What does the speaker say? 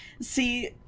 See